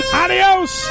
adios